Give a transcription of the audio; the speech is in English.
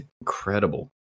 incredible